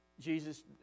Jesus